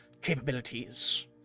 capabilities